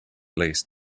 least